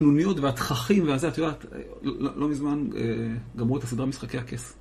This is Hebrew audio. קטנוניות, והתככים, והזה, את יודעת... לא מזמן גמרו את הסדרה משחקי הכס.